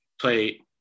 play